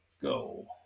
go